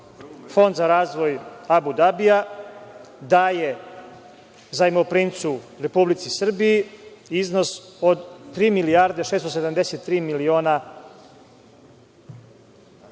Fond za razvoj Abu Dabija daje zajmoprimcu Republici Srbiji iznos od tri milijarde 673 miliona